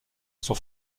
sur